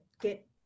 get